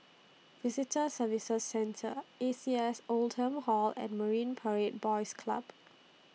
Visitor Services Centre A C S Oldham Hall and Marine Parade Boys Club